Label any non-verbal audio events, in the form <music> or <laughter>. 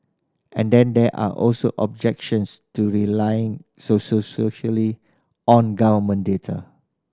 and then there are also objections to relying <unintelligible> on government data